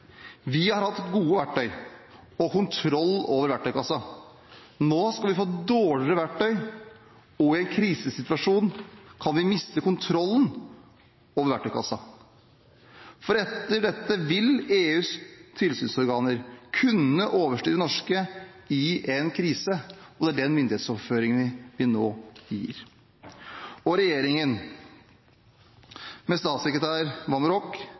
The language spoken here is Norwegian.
Vi har hatt gode verktøy og kontroll over verktøykassen. Nå skal vi få dårligere verktøy, og i en krisesituasjon kan vi miste kontrollen over verktøykassen. For etter dette vil EUs tilsynsorganer kunne overstyre de norske i en krise, og det er den myndighetsoverføringen vi nå foretar. Regjeringen – med statssekretær